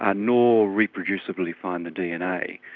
ah nor reproducibly find the dna.